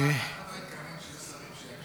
אף אחד לא התכוון שיהיו שרים שיקשיבו.